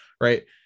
right